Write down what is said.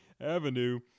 Avenue